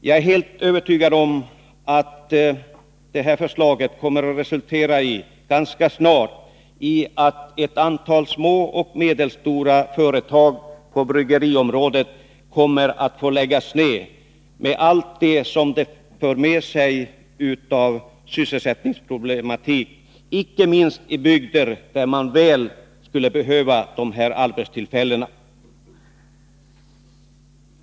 Jag är helt övertygad om att detta förslag kommer att resultera i att ett antal små och medelstora företag på bryggeriområdet ganska snart kommer att få läggas ned med allt som det för med sig av sysselsättningsproblematik, icke minst i bygder där man väl skulle behöva dessa arbetstillfällen.